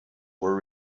were